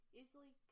easily